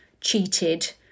cheated